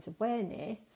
awareness